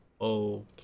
okay